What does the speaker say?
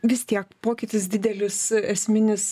vis tiek pokytis didelis esminis